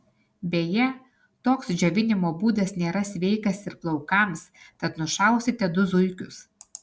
beje toks džiovinimo būdas nėra sveikas ir plaukams tad nušausite du zuikius